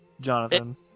Jonathan